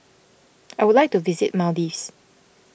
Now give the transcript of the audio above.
I would like to visit Maldives